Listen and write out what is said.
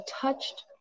touched